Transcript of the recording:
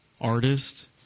artist